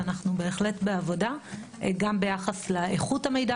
ואנחנו בהחלט בעבודה גם ביחס לאיכות המידע